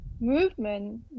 movement